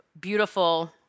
beautiful